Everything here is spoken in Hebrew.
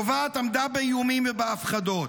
התובעת עמדה באיומים ובהפחדות.